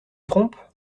trompe